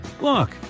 Look